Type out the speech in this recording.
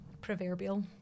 proverbial